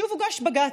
שוב הוגש בג"ץ,